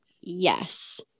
Yes